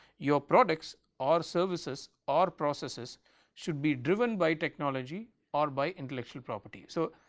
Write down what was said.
your products or services or processes should be driven by technology or by intellectual property. so,